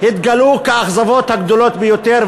התגלו כאכזבות הגדולות ביותר,